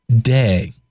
day